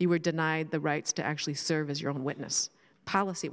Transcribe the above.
you were denied the rights to actually serve as your own witness policy